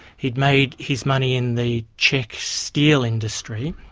he'd made his money in the czech steel industry,